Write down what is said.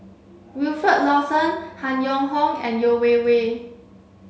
Wilfed Lawson Han Yong Hong and Yeo Wei Wei